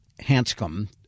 Hanscom